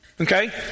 okay